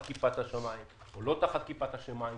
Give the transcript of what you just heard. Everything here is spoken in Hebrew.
כיפת השמיים או לא תחת כיפת השמיים,